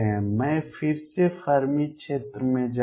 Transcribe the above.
मैं फिर से फर्मी क्षेत्र में जाऊंगा